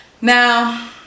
Now